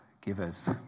givers